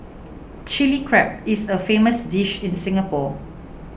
Chilli Crab is a famous dish in Singapore